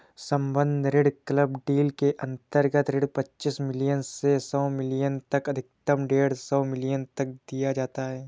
सम्बद्ध ऋण club deal के अंतर्गत ऋण पच्चीस मिलियन से सौ मिलियन तक अधिकतम डेढ़ सौ मिलियन तक दिया जाता है